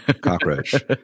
cockroach